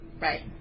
right